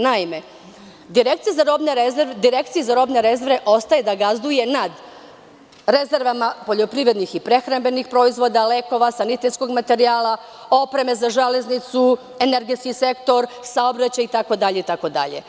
Naime, Direkcija za robne rezerve ostaje da gazduje nad rezervama poljoprivrednih i prehrambenih proizvoda, lekova, sanitetskog materijala, opreme za železnicu, energetski sektor, saobraćaj itd.